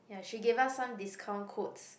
ya she gave us some discount codes